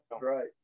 right